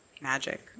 magic